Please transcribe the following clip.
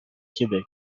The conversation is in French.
québec